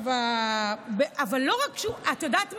את יודעת מה?